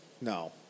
No